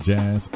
Jazz